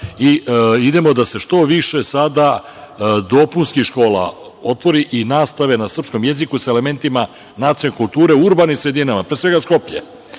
i idemo da se što više sada dopunskih škola otvori i nastave na srpskom jeziku sa elementima nacionalne kulture u urbanim sredinama, pre svega Skoplje.